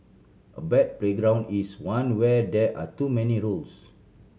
a bad playground is one where there are too many rules